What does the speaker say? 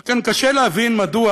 על כן, קשה להבין מדוע